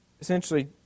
essentially